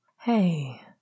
Hey